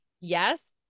Yes